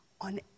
on